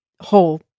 whole